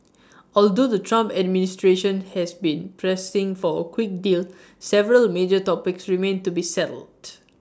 although the Trump administration has been pressing for A quick deal several major topics remain to be settled